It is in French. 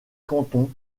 cantons